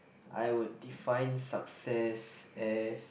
I would define success as